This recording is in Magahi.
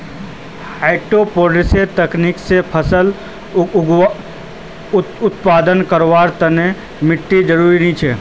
हाइड्रोपोनिक्सेर तरीका स फसल उत्पादन करवार तने माटीर जरुरत नी हछेक